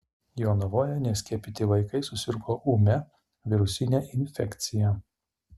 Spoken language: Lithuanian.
jonavoje neskiepyti vaikai susirgo ūmia virusine infekcija